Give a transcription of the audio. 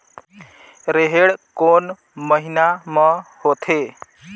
रेहेण कोन महीना म होथे?